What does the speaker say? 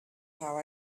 how